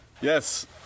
Yes